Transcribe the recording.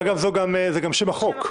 אגב, זה גם שם החוק.